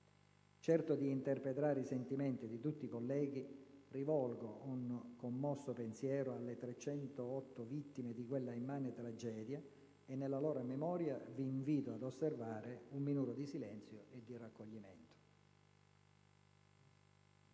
Certo di interpretare i sentimenti di tutti i colleghi, rivolgo un commosso pensiero alle 308 vittime di quella immane tragedia e, nella loro memoria, vi invito ad osservare un minuto di silenzio e di raccoglimento.